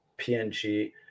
PNG